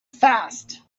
fast